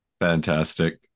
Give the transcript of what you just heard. Fantastic